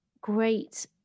great